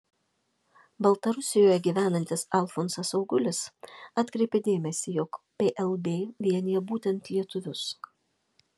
baltarusijoje gyvenantis alfonsas augulis atkreipė dėmesį jog plb vienija būtent lietuvius